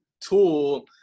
tool